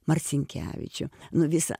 marcinkevičių nu visa